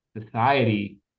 society